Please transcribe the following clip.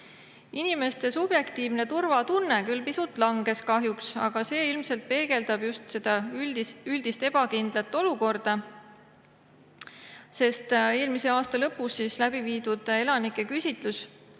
Inimeste subjektiivne turvatunne küll pisut langes kahjuks, aga see ilmselt peegeldab just seda üldist ebakindlat olukorda. Eelmise aasta lõpus läbi viidud elanike küsitluse